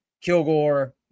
Kilgore